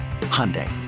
Hyundai